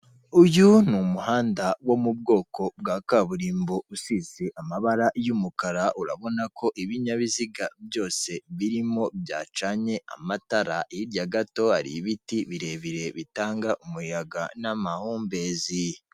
Uyu ni umuhanda wo mu bwoko bwa kaburimbo usize amabara y'umukara, urabona ko ibinyabiziga byose birimo byacanye amatara hirya gato hari ibiti birebire bitanga umuyaga n'amahumbezi.